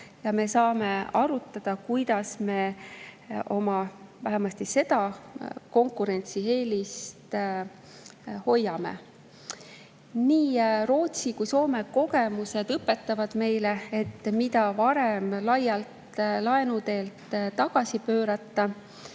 Me saame arutada, kuidas vähemasti seda konkurentsieelist hoida. Nii Rootsi kui ka Soome kogemused õpetavad meile, et mida varem laialt laenuteelt tagasi pöörata,